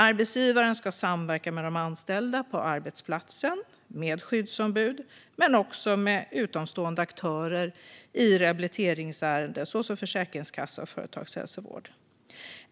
Arbetsgivaren ska samverka med de anställda på arbetsplatsen med skyddsombud men också med utomstående aktörer i rehabiliteringsärenden, såsom Försäkringskassan och företagshälsovården.